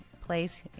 place